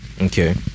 Okay